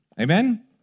Amen